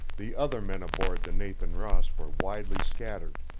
the other men aboard the nathan ross were widely scattered.